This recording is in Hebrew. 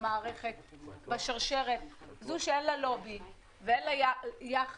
במערכת, בשרשרת, זו שאין לה לובי ואין לה יח"צ